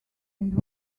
and